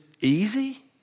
easy